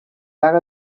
vaga